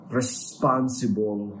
responsible